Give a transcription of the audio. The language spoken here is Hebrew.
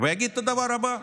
ויגיד את הדבר הבא,